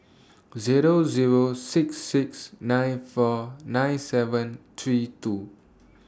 Zero Zero six six nine four nine seven three two